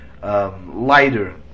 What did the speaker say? Lighter